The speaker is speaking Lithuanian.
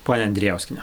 ponia andrijauskiene